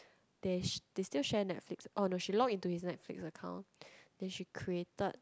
they~ they still share Netflix oh no she log into his Netflix account then she created